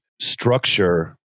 structure